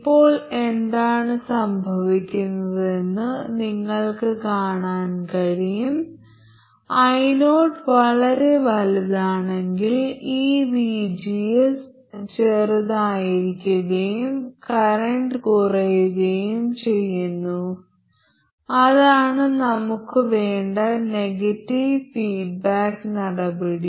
ഇപ്പോൾ എന്താണ് സംഭവിക്കുന്നതെന്ന് നിങ്ങൾക്ക് കാണാൻ കഴിയും io വളരെ വലുതാണെങ്കിൽ ഈ vgs ചെറുതായിരിക്കുകയും കറന്റ് കുറയ്ക്കുകയും ചെയ്യുന്നു അതാണ് നമുക്ക് വേണ്ട നെഗറ്റീവ് ഫീഡ്ബാക്ക് നടപടി